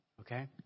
okay